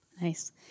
Nice